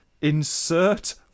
Insert